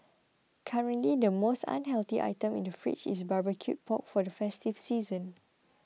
currently the most unhealthy item in the fridge is barbecued pork for the festive season